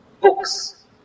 books